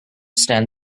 stand